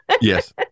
Yes